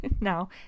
Now